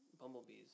bumblebees